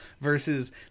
versus